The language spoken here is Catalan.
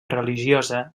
religiosa